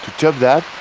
top that,